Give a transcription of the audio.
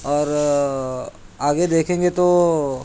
اور آگے دیکھیں گے تو